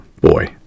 boy